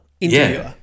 interviewer